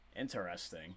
Interesting